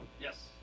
Yes